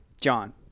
john